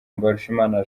mbarushimana